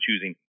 choosing